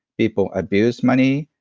people abuse money,